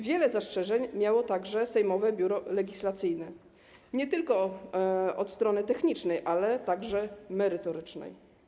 Wiele zastrzeżeń miało także sejmowe Biuro Legislacyjne - nie tylko od strony technicznej, ale także merytorycznej.